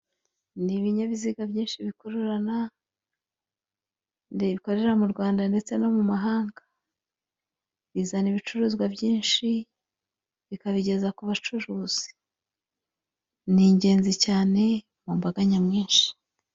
Ni ibinyabiziga byinshi bikururana bikorera mu Rwanda ndetse no mu mahanga. Bizana ibicuruzwa byinshi bikabigeza ku bacuruzi. Ni ingenzi cyane mu mbaga nyamwinshi.